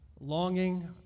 longing